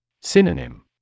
Synonym